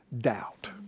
doubt